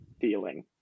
feeling